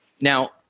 Now